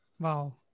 Wow